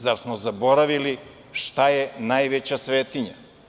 Zar smo zaboravili šta je najveća svetinja?